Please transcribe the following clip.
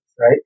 right